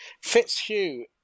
Fitzhugh